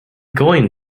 going